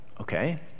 okay